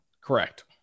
Correct